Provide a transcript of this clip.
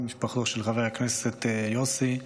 משפחתו של חבר הכנסת יוסי,